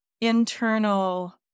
internal